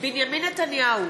בנימין נתניהו,